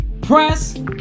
Press